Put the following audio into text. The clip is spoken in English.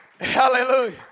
hallelujah